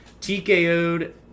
TKO'd